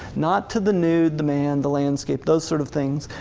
not to the nude, the man, the landscape, those sort of things,